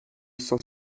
cent